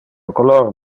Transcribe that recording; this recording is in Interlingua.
color